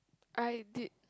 I did